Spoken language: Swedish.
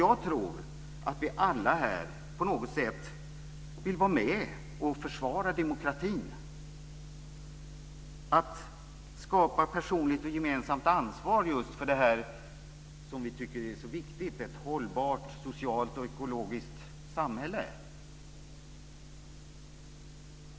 Jag tror att vi alla här på något sätt vill vara med om att försvara demokratin och skapa ett personligt och gemensamt ansvar för det som vi tycker är så viktigt, ett hållbart socialt och ekologiskt samhälle.